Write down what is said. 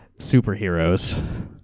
superheroes